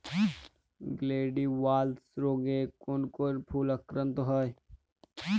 Gladiolus রোগে কোন কোন ফুল আক্রান্ত হয়?